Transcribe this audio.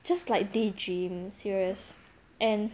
just like daydream serious and